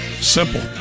Simple